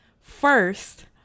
first